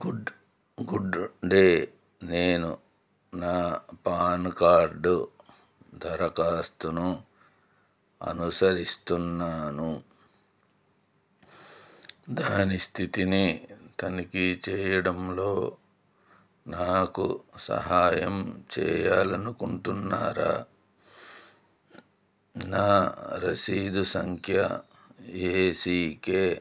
good good day నేను నా PAN card దరఖాస్తును అనుసరిస్తున్నాను దాని స్థితిని తనిఖీ చేయడంలో నాకు సహాయం చేయాలి అనుకుంటున్నారా నా రసీదు సంఖ్య ఏసీకే